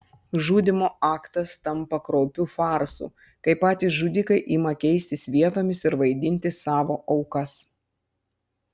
žudymo aktas tampa kraupiu farsu kai patys žudikai ima keistis vietomis ir vaidinti savo aukas